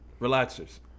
Relaxers